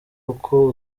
uko